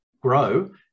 grow